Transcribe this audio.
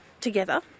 together